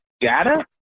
data